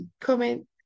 comment